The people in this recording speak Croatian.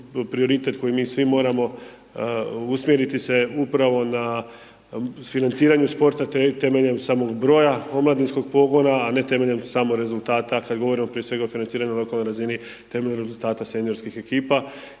prioritet koji mi svi moramo usmjeriti se upravo na financiranje sporta temeljem samog broja omladinskog pogona, a ne temeljem samo rezultata, kad govorimo prije svega o financiranju na lokalnoj razini temeljem rezultata seniorskih ekipa